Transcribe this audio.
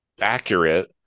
accurate